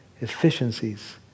efficiencies